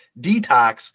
detox